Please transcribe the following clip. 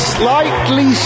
slightly